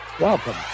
welcome